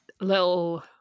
little